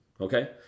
okay